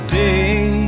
day